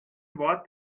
wort